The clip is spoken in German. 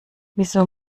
wieso